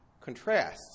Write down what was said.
contrasts